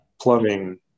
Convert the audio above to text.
plumbing